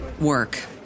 work